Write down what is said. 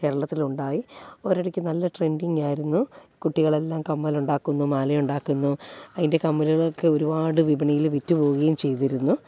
കേരളത്തിലുണ്ടായി ഓരോരിക്ക നല്ല ട്രെൻറ്റിങ്ങായിരുന്നു കുട്ടികളെല്ലാം കമ്മലുണ്ടാക്കുന്നു മാലയുണ്ടാക്കുന്നു അതിൻ്റെ കമ്മലുകളൊക്കെ ഒരുപാട് വിപണിയിൽ വിറ്റു പോവുകയും ചെയ്തിരുന്നു